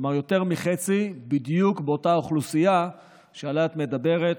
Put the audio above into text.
כלומר יותר מחצי בדיוק באותה אוכלוסייה שעליה את מדברת,